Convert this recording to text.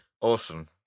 awesome